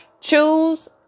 Choose